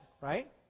right